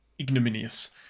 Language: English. ignominious